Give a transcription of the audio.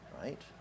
right